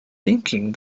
thinking